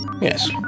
Yes